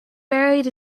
buried